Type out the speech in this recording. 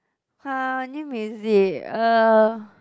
!huh! name is it uh